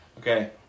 Okay